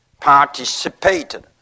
participated